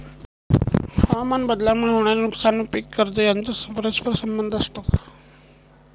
हवामानबदलामुळे होणारे नुकसान व पीक कर्ज यांचा परस्पर संबंध असतो का?